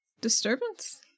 Disturbance